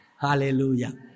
Hallelujah